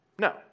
No